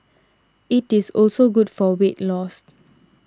it is also good for weight loss